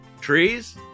trees